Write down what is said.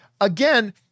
again